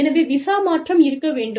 எனவே விசா மாற்றம் இருக்க வேண்டும்